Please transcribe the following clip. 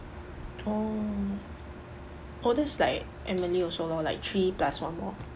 oh oh that's like emily also lor like three plus one more